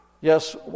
Yes